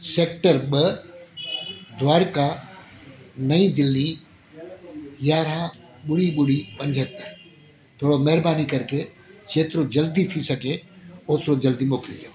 sector ॿ द्वारका नई दिल्ली यारहं ॿुड़ी ॿुड़ी पंजहतरि थोरो महिरबानी करके जेतिरो जल्दी थी सघे ओतिरो जल्दी मोकिले ॾियो